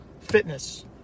fitness